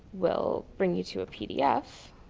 will bring you to a pdf.